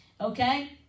Okay